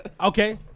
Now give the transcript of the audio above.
Okay